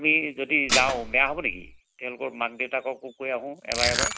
আমি যদি যাওঁ বেয়া হ'ব নেকি তেওঁলোকৰ মাক দেউতাকো কৈ আহোঁ এবাৰ এবাৰ